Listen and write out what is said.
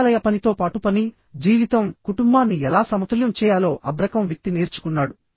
కార్యాలయ పనితో పాటు పని జీవితం కుటుంబాన్ని ఎలా సమతుల్యం చేయాలో AB రకం వ్యక్తి నేర్చుకున్నాడు